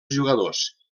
jugadors